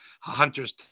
hunters